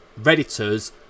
Redditors